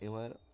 এবার